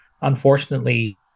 unfortunately